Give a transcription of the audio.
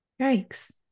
Yikes